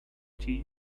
tea